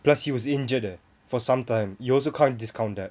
plus he was injured for sometime you also can't discount that